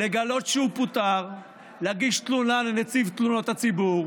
לגלות שהוא פוטר, להגיש תלונה לנציב תלונות הציבור